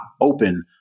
open